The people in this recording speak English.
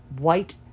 white